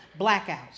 blackouts